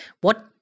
what-